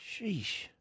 Sheesh